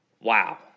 wow